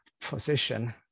position